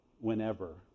whenever